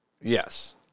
yes